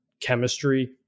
chemistry